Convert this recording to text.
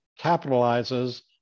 capitalizes